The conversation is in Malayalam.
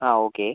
ആ ഓക്കേ